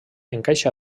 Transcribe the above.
encaixa